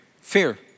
fear